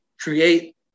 create